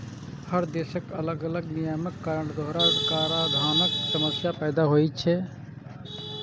हर देशक अलग अलग नियमक कारण दोहरा कराधानक समस्या पैदा होइ छै